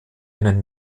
einen